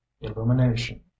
illumination